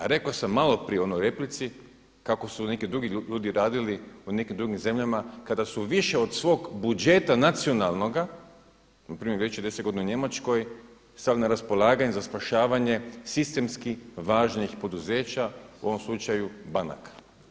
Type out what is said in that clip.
Rekao sam malo prije ono u replici kako su neki drugi ljudi radili u nekim drugim zemljama kada su više od svog budžeta nacionalnoga npr. već je 10 godina u Njemačkoj sad na raspolaganje za spašavanje sistemski važnih poduzeća u ovom slučaju banaka.